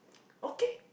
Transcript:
okay